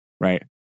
right